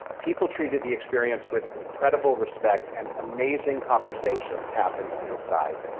people treated the experience with incredible respect, and amazing conversations happened inside.